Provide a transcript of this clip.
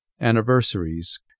anniversaries